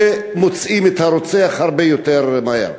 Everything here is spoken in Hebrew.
שמוצאים את הרוצח הרבה יותר מהר.